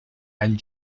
and